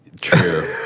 True